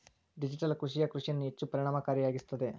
digital ಕೃಷಿಯೇ ಕೃಷಿಯನ್ನು ಹೆಚ್ಚು ಪರಿಣಾಮಕಾರಿಯಾಗಿಸುತ್ತದೆ